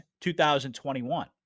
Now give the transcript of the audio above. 2021